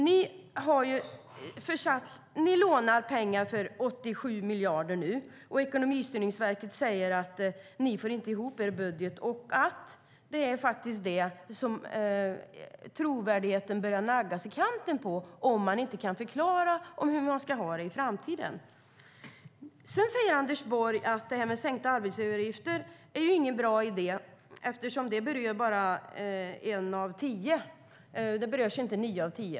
Ni lånar pengar för 87 miljarder, och Ekonomistyrningsverket säger att ni inte får ihop er budget. Trovärdigheten börjar naggas i kanten, om man inte kan förklara hur man ska ha det i framtiden. Anders Borg säger att detta med sänkta arbetsgivaravgifter inte är någon bra idé eftersom det berör bara en av tio, att nio av tio inte berörs.